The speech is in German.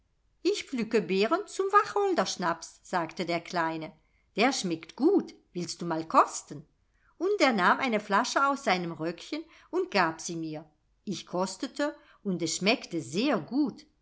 ich pflücke beeren zum wacholderschnaps sagte der kleine der schmeckt gut willst du mal kosten und er nahm eine flasche aus seinem röckchen und gab sie mir ich kostete und es schmeckte sehr gut